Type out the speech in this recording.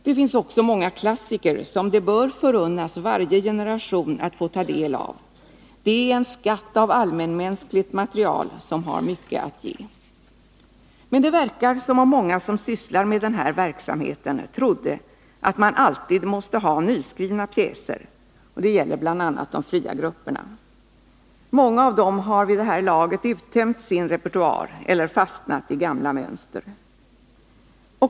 Det finns också många klassiker som det bör förunnas varje generation att få ta del av. Det är en skatt av allmänmänskligt material som har mycket att ge. Men det verkar som om många som sysslar med denna verksamhet trodde att man alltid måste ha nyskrivna pjäser. Det gäller bl.a. de fria grupperna. Många av dem har vid det här laget uttömt sin repertoar eller fastnat i gamla mönster.